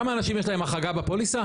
כמה אנשים יש להם החרגה בפוליסה?